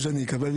נתקבלה.